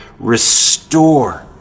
Restore